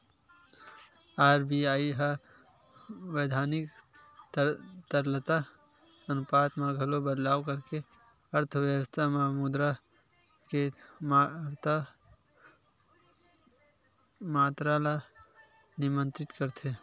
RBI ह बैधानिक तरलता अनुपात म घलो बदलाव करके अर्थबेवस्था म मुद्रा के मातरा ल नियंत्रित करथे